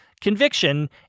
conviction